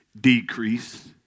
decrease